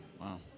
Wow